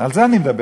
על זה אני מדבר.